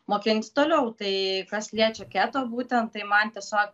mokint toliau tai kas liečia keto būtent tai man tiesiog